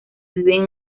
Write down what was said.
viven